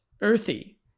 earthy